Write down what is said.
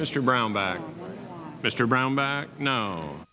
mr brownback mr brownback no